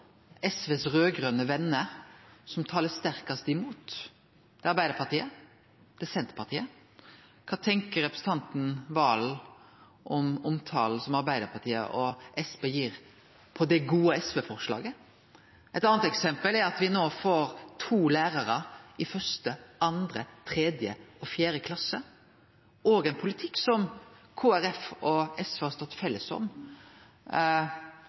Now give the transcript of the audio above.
SVs raud-grøne vener som taler sterkast imot. Det er Arbeidarpartiet, og det er Senterpartiet. Kva tenkjer representanten Serigstad Valen om omtalen som Arbeidarpartiet og Senterpartiet gir det gode SV-forslaget? Eit anna eksempel er at me no får to lærarar i første, andre, tredje og fjerde klasse. Det er òg ein politikk som Kristeleg Folkeparti og SV har stått saman om, og som